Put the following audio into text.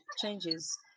changes